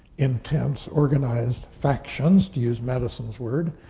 intense, organized factions, to use madison's word.